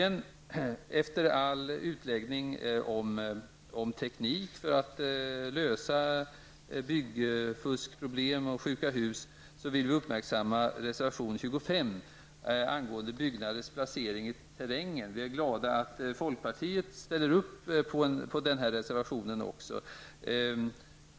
Efter alla utläggningar om teknik för att lösa byggfuskproblem och sjuka hus vill vi uppmärksamma reservation 25 angående byggnaders placering i terrängen. Vi är glada över att även folkpartiet ställer upp på den här reservationen.